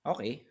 Okay